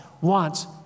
wants